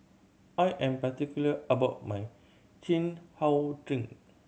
I am particular about my chin How drink